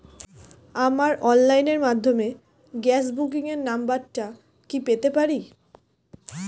আমার অনলাইনের মাধ্যমে গ্যাস বুকিং এর নাম্বারটা কি পেতে পারি?